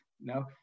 no